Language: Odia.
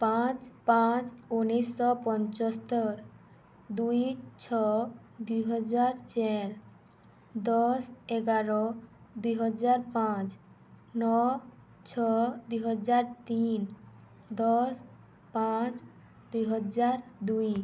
ପାଞ୍ଚ୍ ପାଞ୍ଚ୍ ଉନେଇଶି ଶହ ପଞ୍ଚସ୍ତର୍ ଦୁଇ ଛଅ ଦୁଇ ହଜାର୍ ଚାର୍ ଦଶ୍ ଏଗାର୍ ଦୁଇ ହଜାର ପାଞ୍ଚ୍ ନଅ ଛଅ ଦୁଇ ହଜାର୍ ତିନ୍ ଦଶ୍ ପାଞ୍ଚ୍ ଦୁଇ ହଜାର୍ ଦୁଇ